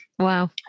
wow